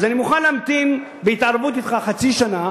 אז אני מוכן להמתין בהתערבות אתך חצי שנה